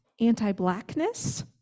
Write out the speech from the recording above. anti-blackness